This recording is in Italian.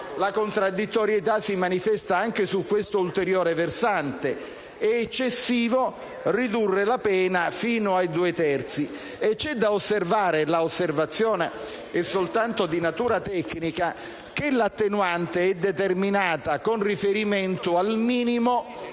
la contraddittorietà si manifesta anche su questo ulteriore versante, allorquando si sostiene che è eccessivo ridurre la pena fino a due terzi. C'è da osservare, e l'osservazione è solo di natura tecnica, che l'attenuante è determinata con riferimento al minimo